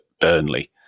Burnley